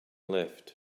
left